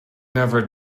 never